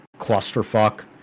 clusterfuck